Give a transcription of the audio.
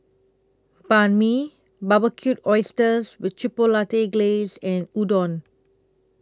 Banh MI Barbecued Oysters with Chipotle Glaze and Udon